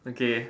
okay